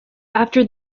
after